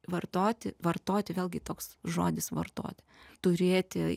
vartoti vartoti vėlgi toks žodis vartoti turėti